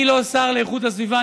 אני לא שר לאיכות הסביבה,